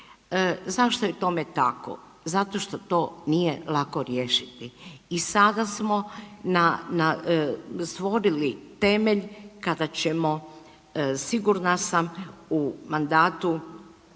Zašto je tome tako? Zato što to nije lako riješiti. I sada smo na stvorili temelj kada ćemo, sigurna sam, u mandatu